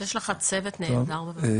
יש לך צוות נהדר בוועדה.